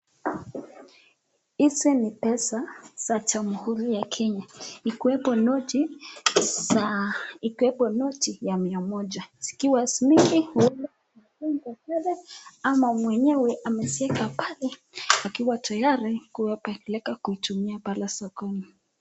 Hizi ni pesa za Jamuhuri ya Kenya ikiwepo noti za mia moja zikiwa mingi pamoja ama mwenyewe amezieka pale akiwa tayari kuipeleka kuitumia pale sokoni.